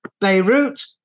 Beirut